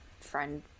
friend